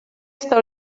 està